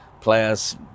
players